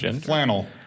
Flannel